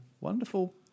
wonderful